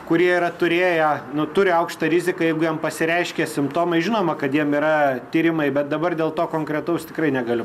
kurie yra turėję nu turi aukštą riziką jeigu jam pasireiškė simptomai žinoma kad jam yra tyrimai bet dabar dėl to konkretaus tikrai negaliu